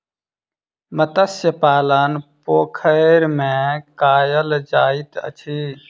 मत्स्य पालन पोखैर में कायल जाइत अछि